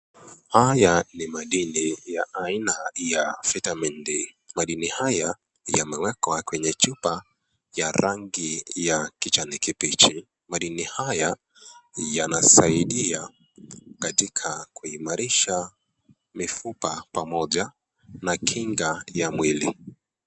Haya ni madini ya aina ya vitamin D. Madini haya yamewekwa kwenye chupa ya rangi ya kijani kibichi. Madini haya yanasaidia katika kuimarisha mifupa pamoja na kinga ya mwili.